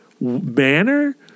manner